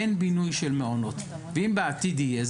אין בינוי של מעונות ואם בעתיד יהיה,